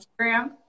Instagram